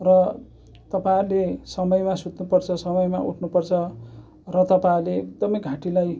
र तपाईँहरूले समयमा सुत्नुपर्छ समयमा उठ्नुपर्छ र तपाईँहरूले एकदमै घाँटीलाई